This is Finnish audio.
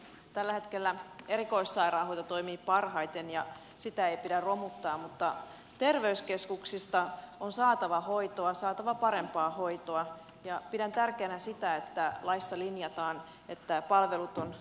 tällä hetkellä erikoissairaanhoito toimii parhaiten ja sitä ei pidä romuttaa mutta terveyskeskuksista on saatava hoitoa saatava parempaa hoitoa ja pidän tärkeänä sitä että laissa linjataan että palvelut on tuotettava lähellä käyttäjää